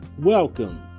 Welcome